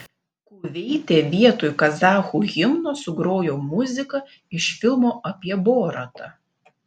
kuveite vietoj kazachų himno sugrojo muziką iš filmo apie boratą